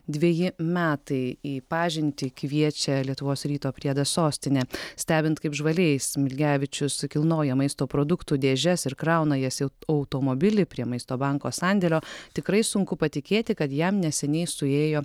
dveji metai į pažintį kviečia lietuvos ryto priedas sostinė stebint kaip žvaliai smilgevičius sukilnoja maisto produktų dėžes ir krauna jas į automobilį prie maisto banko sandėlio tikrai sunku patikėti kad jam neseniai suėjo